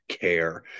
care